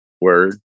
Word